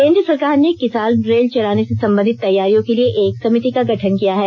केंद्र सरकार ने किसान रेल चलाने से संबंधित तैयारियों के लिए एक समिति का गठन किया है